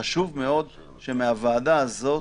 שחשוב מאוד שמהוועדה הזאת